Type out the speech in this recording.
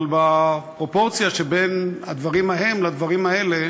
אבל בפרופורציה שבין הדברים ההם לדברים האלה